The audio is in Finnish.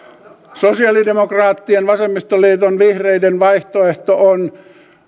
sosialidemokraattien vasemmistoliiton vihreiden vaihtoehto on